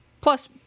plus